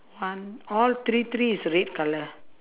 one all three three is red colour